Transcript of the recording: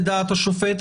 לדעת השופט,